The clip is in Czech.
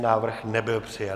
Návrh nebyl přijat.